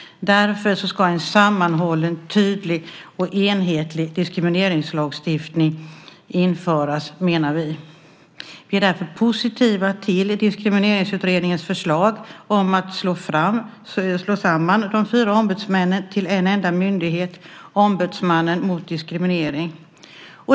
Därför ska en sammanhållen, tydlig och enhetlig diskrimineringslagstiftning införas, menar vi. Vi är därför positiva till Diskrimineringsutredningens förslag om att slå samman de fyra ombudsmännen till en enda myndighet, Ombudsmannen mot diskriminering.